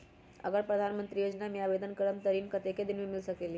अगर प्रधानमंत्री योजना में आवेदन करम त ऋण कतेक दिन मे मिल सकेली?